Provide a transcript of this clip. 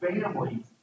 family